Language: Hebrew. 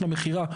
למכירה,